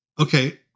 okay